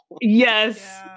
Yes